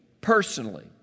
personally